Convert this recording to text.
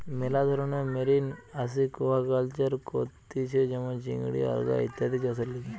মেলা ধরণের marine aquaculture করতিছে যেমন চিংড়ি, আলগা ইত্যাদি চাষের লিগে